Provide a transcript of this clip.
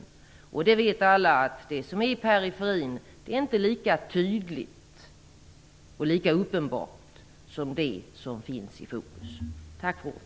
Alla vet att det som är i periferin inte är lika tydligt och lika uppenbart som det som finns i fokus. Tack för ordet!